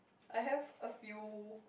I have a few